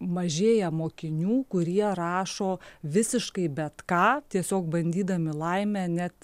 mažėja mokinių kurie rašo visiškai bet ką tiesiog bandydami laimę net